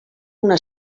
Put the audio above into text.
una